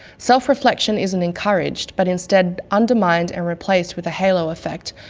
self-reflection isn't encouraged, but instead undermined and replaced with a halo effect,